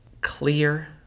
clear